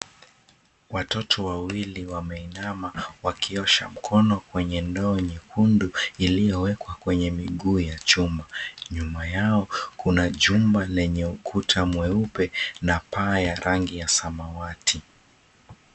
Watoto wawili wameinana wakiosha mkono kwenye ndoo nyekundu iliyowekwa kwenye miguu ya chuma. Nyuma yao kuna jumba lenye ukuta mweupe na paa ya rangi ya samawati.